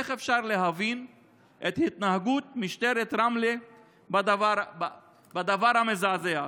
איך אפשר להבין את התנהגות משטרת רמלה בדבר המזעזע הזה: